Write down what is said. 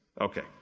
Okay